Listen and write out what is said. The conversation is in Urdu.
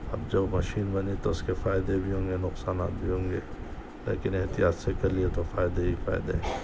اب جب مشین بنی تو اس کے فائدے بھی ہوں گے نقصانات بھی ہوں گے لیکن احتیاط سے کریئے تو فائدے ہی فائدے ہیں